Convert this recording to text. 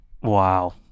Wow